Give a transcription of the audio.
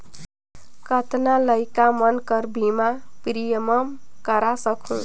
कतना लइका मन कर बीमा प्रीमियम करा सकहुं?